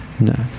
No